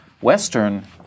Western